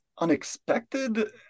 unexpected